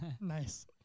Nice